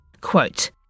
Quote